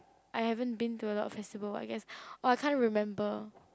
I haven't been to a lot of festival I guess or I can't remember